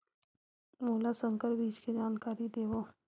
मोला संकर बीज के जानकारी देवो?